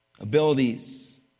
abilities